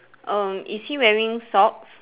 err is he wearing socks